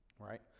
Right